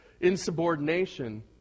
Insubordination